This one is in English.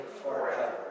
forever